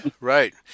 right